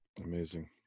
Amazing